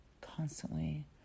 Constantly